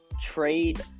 trade